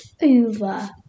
over